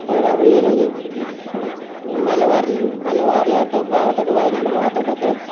ഓ അവിടെയൊരു ഒരു മലബാറിൽ മലബാറിലോട്ട് ഭാഗത്തോട്ട് വയനാട് ഭാഗത്തോട്ടൊക്കെ